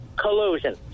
collusion